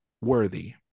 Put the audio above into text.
worthy